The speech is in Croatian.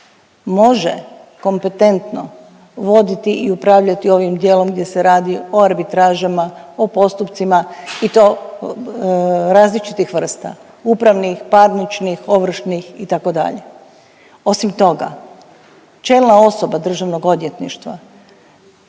može kompetentno voditi i upravljati ovim dijelom gdje se radi o arbitražama, o postupcima i to različitih vrsta upravnih, parničnih, ovršnih itd. Osim toga, čelna osoba Državnog odvjetništva